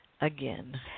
again